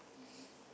um